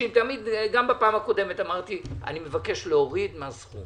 מבחינתנו אין שום סיבה שמבודדים יקבלו הסעה שמוקצה לחולי